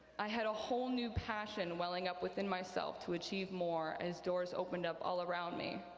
i had a whole new passion welling up within myself to achieve more as doors opened up all around me.